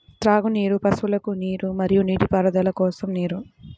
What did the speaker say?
త్రాగునీరు, పశువులకు నీరు మరియు నీటిపారుదల కోసం నీరు